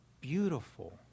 beautiful